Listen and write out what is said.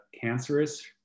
cancerous